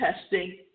testing